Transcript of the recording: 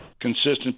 consistent